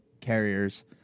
carriers